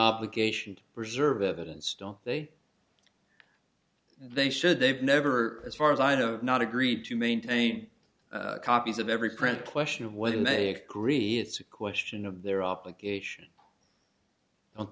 obligation to preserve evidence don't they they should they've never as far as i know not agreed to maintain copies of every print question of whether they agree it's a question of their obligation